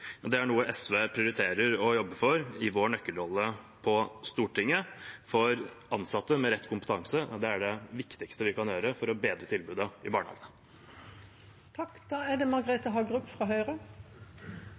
og det er noe SV prioriterer å jobbe for i vår nøkkelrolle på Stortinget. For ansatte med rett kompetanse er det viktigste vi kan bidra med for å bedre tilbudet i barnehagen. Jeg vil benytte anledningen til å takke for en god debatt. Det